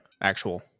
actual